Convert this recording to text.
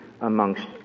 amongst